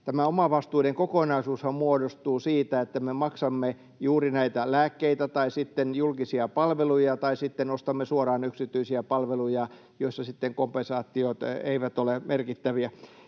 omavastuiden kokonaisuushan muodostuu siitä, että me maksamme juuri näitä lääkkeitä tai sitten julkisia palveluja tai sitten ostamme suoraan yksityisiä palveluja, joissa sitten kompensaatiot eivät ole merkittäviä.